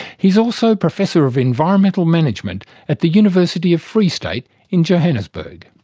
he's also professor of environmental management at the university of free state in johannesburg.